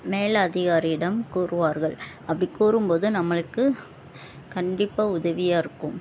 மேலதிகாரியிடம் கூறுவார்கள் அப்படி கூறும்போது நம்மளுக்கு கண்டிப்பாக உதவியாக இருக்கும்